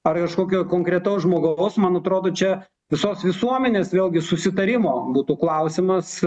ar kažkokio konkretaus žmogaus man atrodo čia visos visuomenės vėlgi susitarimo būtų klausimas